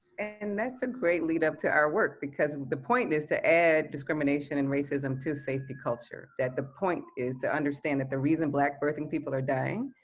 and that's a great lead up to our work because, the point is to add discrimination and racism to the safety culture. that the point is, to understand that the reason black birthing people are dying,